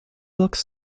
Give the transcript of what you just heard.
looks